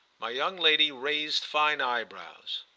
my young lady raised fine eyebrows.